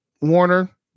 Warner